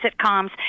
sitcoms